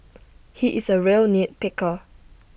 he is A real nit picker